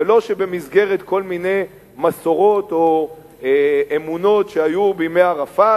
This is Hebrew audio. ולא שבמסגרת כל מיני מסורות או אמונות שהיו בימי ערפאת,